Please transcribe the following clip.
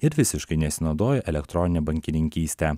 ir visiškai nesinaudoja elektronine bankininkyste